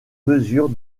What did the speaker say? mesure